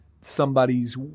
somebody's